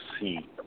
see